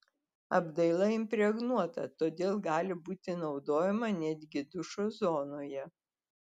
apdaila impregnuota todėl gali būti naudojama netgi dušo zonoje